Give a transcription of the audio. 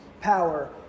power